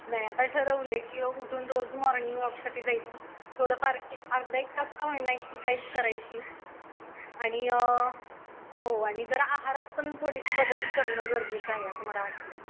नाही आता ठरवले की उठून रोज मॉर्निंग वॉकसाठी जायचं थोडंफार एक अर्धा एक तास का होईना एक्सरसाईज करायची आणि हो आणि जरा आहारात पण थोडेसे बदल करणं गरजेचं आहे असं मला वाटत आहे